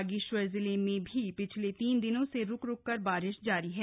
बागेश्वर जिले में भी पिछले तीन दिनों से रुक रुक कर बारिश जारी है